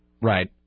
Right